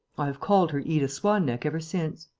i have called her edith swan-neck ever since.